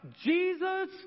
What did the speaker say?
Jesus